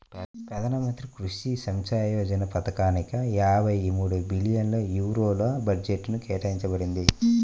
ప్రధాన మంత్రి కృషి సించాయ్ యోజన పథకానిక యాభై మూడు బిలియన్ యూరోల బడ్జెట్ కేటాయించబడింది